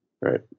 right